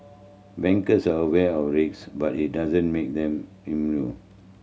bankers are aware of but it doesn't make them immune